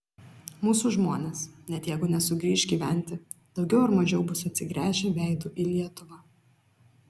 mūsų žmonės net jeigu nesugrįš gyventi daugiau ar mažiau bus atsigręžę veidu į lietuvą